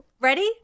Ready